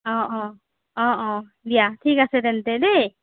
অঁ অঁ অঁ অঁ দিয়া ঠিক আছে তেন্তে দেই